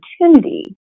opportunity